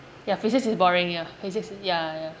ya physics is boring ya physics ya ya